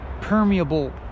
permeable